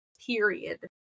period